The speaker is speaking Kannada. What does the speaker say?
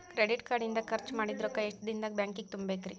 ಕ್ರೆಡಿಟ್ ಕಾರ್ಡ್ ಇಂದ್ ಖರ್ಚ್ ಮಾಡಿದ್ ರೊಕ್ಕಾ ಎಷ್ಟ ದಿನದಾಗ್ ಬ್ಯಾಂಕಿಗೆ ತುಂಬೇಕ್ರಿ?